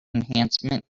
enhancement